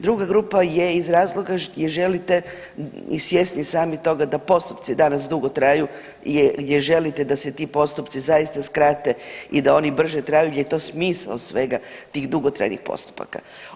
Druga grupa je iz razloga gdje želite i svjesni sami toga da postupci danas dugo traju gdje želite da se ti postupci zaista skrate i da oni brže traju je to smisao svega tih dugotrajnih postupaka.